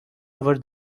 over